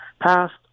passed